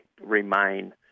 remain